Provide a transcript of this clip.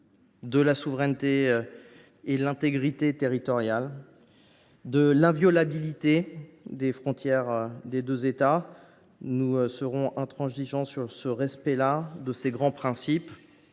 de la souveraineté, de l’intégrité territoriale et de l’inviolabilité des frontières des deux États. Nous serons intransigeants sur ces grands principes.